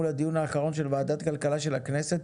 לדיון האחרון של ועדת כלכלה של הכנסת